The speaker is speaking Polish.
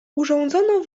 urządzono